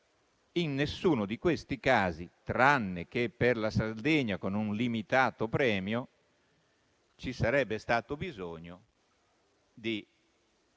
in nessuno di questi casi, tranne che per la Sardegna, con un limitato premio, ci sarebbe stato bisogno di